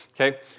okay